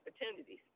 opportunities